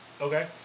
Okay